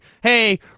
hey